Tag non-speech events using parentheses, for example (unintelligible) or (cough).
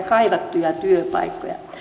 (unintelligible) kaivattuja työpaikkoja